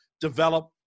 develop